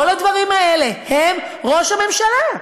כל הדברים האלה הם ראש הממשלה.